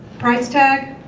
price tag?